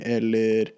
Eller